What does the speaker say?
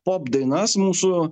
pop dainas mūsų